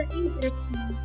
interesting